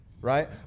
right